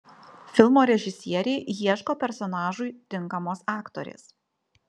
filmo režisieriai ieško personažui tinkamos aktorės